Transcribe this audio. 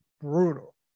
Brutal